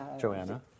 Joanna